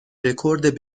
رکورد